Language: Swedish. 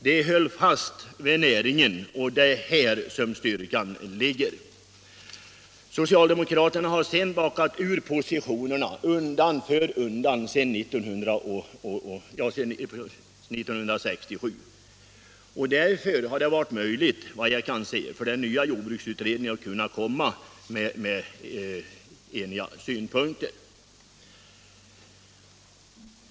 De höll fast vid näringen, och det är här styrkan ligger. Socialdemokraterna har backat ur sina positioner undan för undan sedan 1967, och därför har det, såvitt jag kan se, varit möjligt för den nya jordbruksutredningen att föra fram eniga synpunkter.